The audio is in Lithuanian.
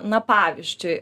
na pavyzdžiui